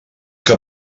que